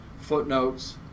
footnotes